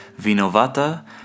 Vinovata